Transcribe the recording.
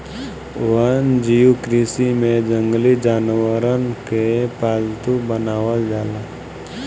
वन्यजीव कृषि में जंगली जानवरन के पालतू बनावल जाला